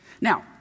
Now